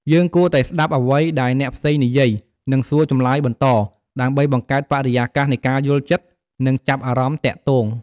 យើងគួរតែស្ដាប់អ្វីដែលអ្នកផ្សេងនិយាយ និងសួរចម្លើយបន្ត ដើម្បីបង្កើតបរិយាកាសនៃការយល់ចិត្ត និងចាប់អារម្មណ៍ទាក់ទង។